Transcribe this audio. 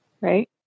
right